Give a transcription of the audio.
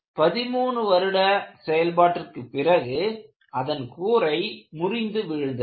13 வருட செயல்பாட்டிற்கு பிறகு அதன் கூரை முறிந்து விழுந்தது